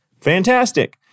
Fantastic